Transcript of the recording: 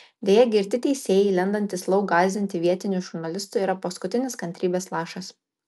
deja girti teisėjai lendantys lauk gąsdinti vietinių žurnalistų yra paskutinis kantrybės lašas